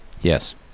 yes